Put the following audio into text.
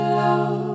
love